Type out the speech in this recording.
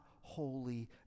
holy